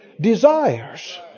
desires